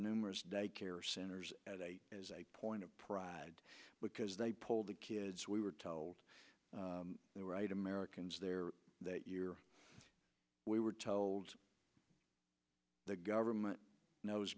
numerous daycare centers as a as a point of pride because they pulled the kids we were told there were right americans there that year we were told the government knows